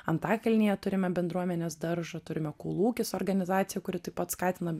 antakalnyje turime bendruomenės daržą turime kolūkis organizaciją kuri taip pat skatina